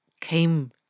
came